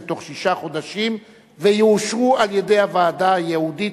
בתוך שישה חודשים ויאושרו על-ידי הוועדה הייעודית